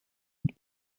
und